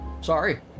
Sorry